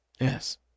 Yes